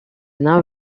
now